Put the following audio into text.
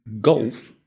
Golf